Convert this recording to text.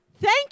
thank